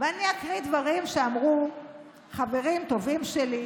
ואני אקריא דברים שאמרו חברים טובים שלי,